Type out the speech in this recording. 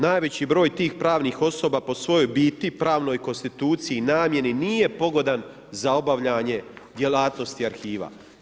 Najveći broj tih pravnih osoba po svojoj biti, pravnoj konstituciji i namijeni nije pogodan za obavljanje djelatnosti arhiva.